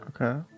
Okay